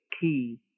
key